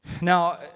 Now